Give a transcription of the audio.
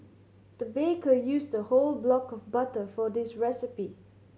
the baker used a whole block of butter for this recipe